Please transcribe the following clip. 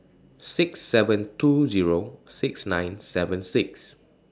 six seven two Zero six nine seven six